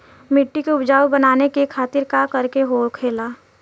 मिट्टी की उपजाऊ बनाने के खातिर का करके होखेला?